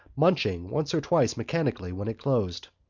munching once or twice mechanically when it closed.